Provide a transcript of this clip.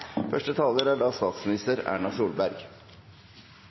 første taler er statsminister Erna Solberg.